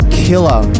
killer